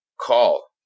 call